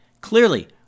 Clearly